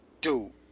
Dude